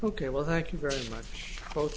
ok well thank you very much both